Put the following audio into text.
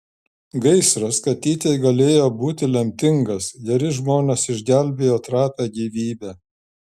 gaisras katytei galėjo būti lemtingas geri žmonės išgelbėjo trapią gyvybę